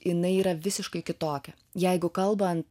jinai yra visiškai kitokia jeigu kalbant